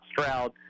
Stroud